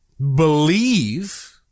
believe